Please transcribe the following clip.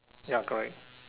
ya correct